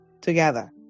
together